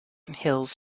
hills